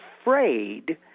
afraid